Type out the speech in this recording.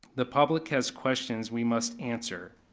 the public has questions we must answer.